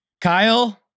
Kyle